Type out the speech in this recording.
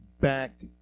back